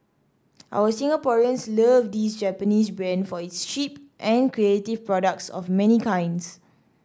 our Singaporeans love this Japanese brand for its cheap and creative products of many kinds